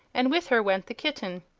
and with her went the kitten.